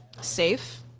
safe